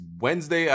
Wednesday